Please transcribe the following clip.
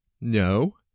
No